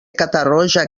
catarroja